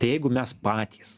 tai jeigu mes patys